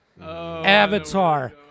Avatar